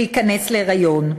להיכנס להיריון.